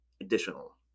additional